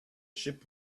ship